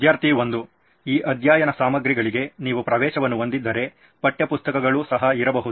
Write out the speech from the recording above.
ವಿದ್ಯಾರ್ಥಿ 1 ಈ ಅಧ್ಯಯನ ಸಾಮಗ್ರಿಗಳಿಗೆ ನೀವು ಪ್ರವೇಶವನ್ನು ಹೊಂದಿದ್ದರೆ ಪಠ್ಯ ಪುಸ್ತಕಗಳೂ ಸಹ ಇರಬಹುದು